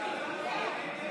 ההצעה להעביר